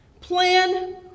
plan